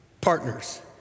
Partners